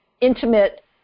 intimate